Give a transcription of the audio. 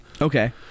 Okay